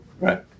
Right